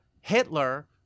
Hitler